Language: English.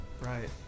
Right